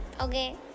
okay